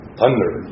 Thunder